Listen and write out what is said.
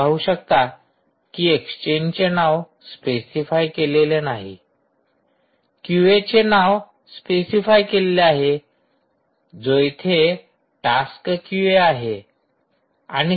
तुम्ही पाहू शकता की एक्सचेंजचे नाव स्पेसिफाय केलेले नाही क्यूएचे नाव स्पेसिफाय केलेले आहे जो इथे टास्क क्यूए आहे